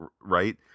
right